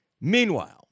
Meanwhile